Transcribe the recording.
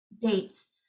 dates